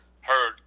heard